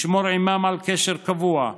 לשמור עימם על קשר קבוע,